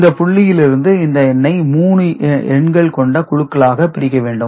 இந்த புள்ளியில் இருந்து இந்த எண்ணை 3 எண்கள் கொண்ட குழுக்களாக பிரிக்க வேண்டும்